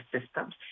systems